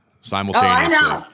simultaneously